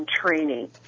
training